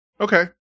Okay